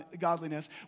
godliness